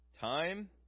time